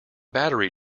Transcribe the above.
battery